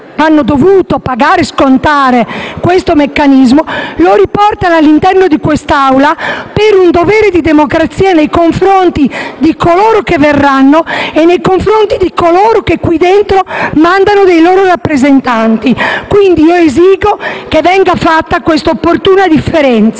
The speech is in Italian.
hanno dovuto pagare e scontare questo meccanismo, lo riportano all'interno di quest'Aula per un dovere di democrazia nei confronti di coloro che verranno e di chi elegge in quest'Assemblea i propri rappresentanti. Quindi, esigo che venga fatta questa opportuna differenza.